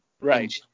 Right